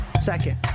Second